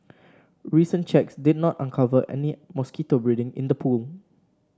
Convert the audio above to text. recent checks did not uncover any mosquito breeding in the pool